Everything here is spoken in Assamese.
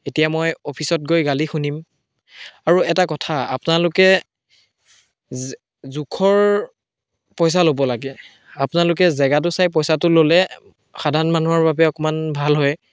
এতিয়া মই অফিচত গৈ গালি শুনিম আৰু এটা কথা আপোনালোকে যে জোখৰ পইচা ল'ব লাগে আপোনালোকে জেগাটো চাই পইচাটো ল'লে সাধাৰণ মানুহৰ বাবে অকণমান ভাল হয়